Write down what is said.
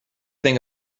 thing